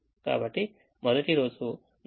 కాబట్టి మొదటి రోజు 170 నాప్కిన్లను కొనండి